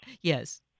yes